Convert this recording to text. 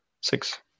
six